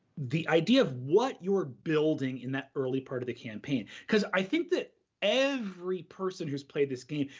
the idea of what you're building in that early part of the campaign because i think that every person who's played this game,